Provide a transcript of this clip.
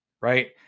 Right